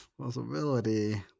possibility